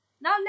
Now